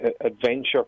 adventure